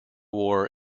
war